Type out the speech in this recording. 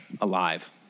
alive